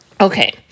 Okay